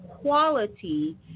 quality